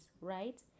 right